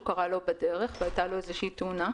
קרה לו בדרך והייתה לו איזו תאונה.